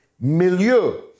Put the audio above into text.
milieu